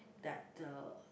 that uh